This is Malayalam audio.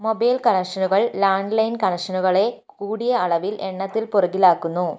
മൊബൈൽ കണക്ഷനുകൾ ലാൻഡ്ലൈൻ കണക്ഷനുകളെ കൂടിയ അളവിൽ എണ്ണത്തിൽ പുറകിലാക്കുന്നു